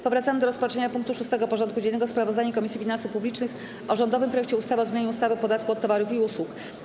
Powracamy do rozpatrzenia punktu 6. porządku dziennego: Sprawozdanie Komisji Finansów Publicznych o rządowym projekcie ustawy o zmianie ustawy o podatku od towarów i usług.